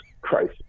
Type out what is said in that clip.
Christ